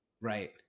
right